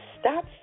stop